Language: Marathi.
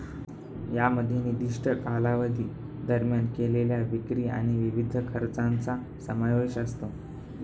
यामध्ये निर्दिष्ट कालावधी दरम्यान केलेल्या विक्री आणि विविध खर्चांचा समावेश असतो